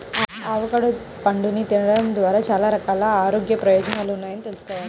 avocado పండుని తినడం ద్వారా చాలా రకాల ఆరోగ్య ప్రయోజనాలున్నాయని తెల్సుకోవాలి